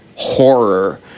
horror